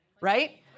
right